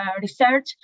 research